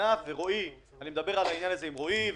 וענף ואני מדבר על זה עם רועי,